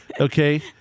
Okay